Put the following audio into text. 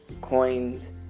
coins